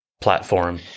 platform